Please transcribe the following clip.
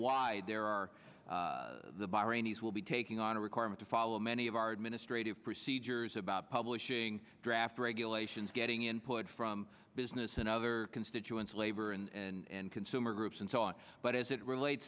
why there are the bahraini will be taking on a requirement to follow many of our administrative procedures about publishing draft regulations getting input from business and other constituents labor and consumer groups and so on but as it relates